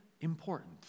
important